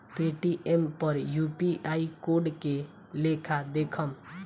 Paytm पर UPI code के लेखा देखम?